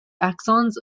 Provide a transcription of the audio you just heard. axons